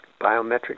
biometric